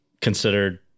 considered